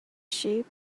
sheep